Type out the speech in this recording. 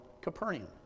Capernaum